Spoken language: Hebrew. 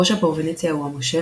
ראש הפרובינציה הוא המושל,